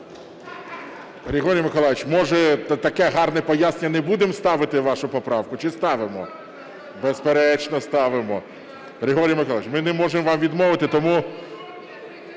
Григорій Миколайович, може, таке гарне пояснення, не будемо ставити вашу поправку? Чи ставимо? Безперечно, ставимо. Григорій Миколайович, ми не можемо вам відмовити. Тому